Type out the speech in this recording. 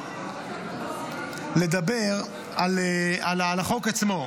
לדבר על החוק עצמו.